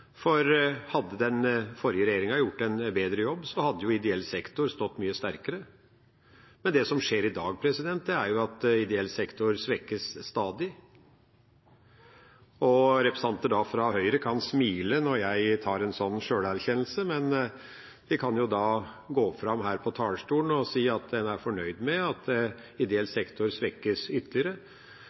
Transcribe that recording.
For hadde den forrige regjeringa gjort en bedre jobb, hadde ideell sektor stått mye sterkere. Men det som skjer i dag, er at ideell sektor stadig svekkes, og representanter fra Høyre kan smile når jeg tar en sånn sjølerkjennelse, men en kan jo da gå fram hit på talerstolen og si at en er fornøyd med at ideell sektor svekkes ytterligere,